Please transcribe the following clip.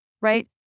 right